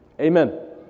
Amen